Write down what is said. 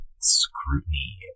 scrutiny